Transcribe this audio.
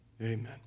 Amen